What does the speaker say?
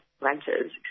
renters